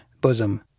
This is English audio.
bosom